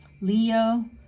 leo